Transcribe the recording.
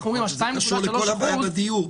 ה-2.3% --- זה קשור לכל הבעיה בדיור,